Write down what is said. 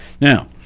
Now